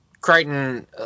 Crichton